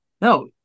no